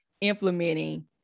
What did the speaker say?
implementing